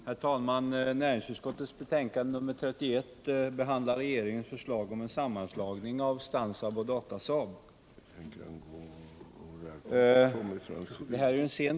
Herr talman! Näringsutskottets betänkande nr 31 behandlar regeringens förslag om en sammanslagning av Stansaab och Datasaab.